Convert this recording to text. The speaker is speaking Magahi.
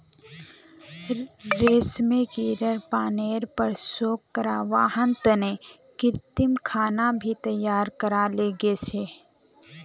रेशमेर कीड़ा पालनेर पर शोध करे वहार तने कृत्रिम खाना भी तैयार कराल गेल छे